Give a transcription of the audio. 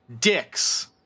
Dicks